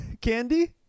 candy